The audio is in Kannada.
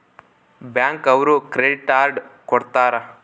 ಬ್ಯಾಂಕ್ ಅವ್ರು ಕ್ರೆಡಿಟ್ ಅರ್ಡ್ ಕೊಡ್ತಾರ